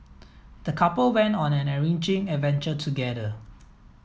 the couple went on an enriching adventure together